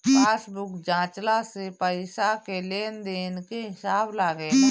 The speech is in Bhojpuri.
पासबुक जाँचला से पईसा के लेन देन के हिसाब लागेला